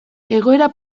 egoera